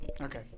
Okay